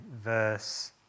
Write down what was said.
verse